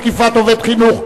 תקיפת עובד חינוך),